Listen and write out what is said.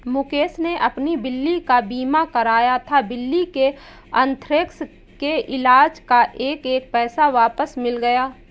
मुकेश ने अपनी बिल्ली का बीमा कराया था, बिल्ली के अन्थ्रेक्स के इलाज़ का एक एक पैसा वापस मिल गया